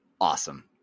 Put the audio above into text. Awesome